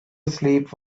sleep